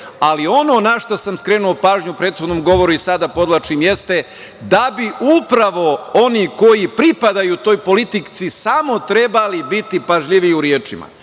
ali ono na šta sam skrenuo pažnju u prethodnom govoru i sada podvlačim jeste, da bi upravo oni koji pripadaju toj politici samo trebali biti pažljiviji u rečima,